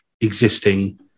existing